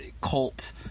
cult